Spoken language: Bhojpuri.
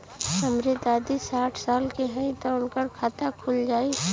हमरे दादी साढ़ साल क हइ त उनकर खाता खुल जाई?